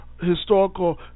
historical